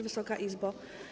Wysoka Izbo!